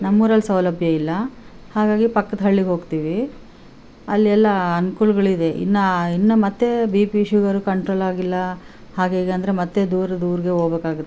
ನಮ್ಮೂರಲ್ಲಿ ಸೌಲಭ್ಯ ಇಲ್ಲ ಹಾಗಾಗಿ ಪಕ್ಕದ ಹಳ್ಳಿಗೆ ಹೋಗ್ತೀವಿ ಅಲ್ಲೆಲ್ಲಾ ಅನುಕೂಲ್ಗಳಿದೆ ಇನ್ನು ಇನ್ನು ಮತ್ತು ಬಿ ಪಿ ಶುಗರು ಕಂಟ್ರೋಲ್ ಆಗಿಲ್ಲ ಹಾಗೆ ಹೀಗೆ ಅಂದ್ರೆ ಮತ್ತು ದೂರದ ಊರಿಗೆ ಹೋಗ್ಬೇಕಾಗತ್ತೆ